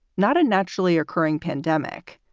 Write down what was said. not a naturally occurring pandemic.